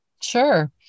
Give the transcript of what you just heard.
Sure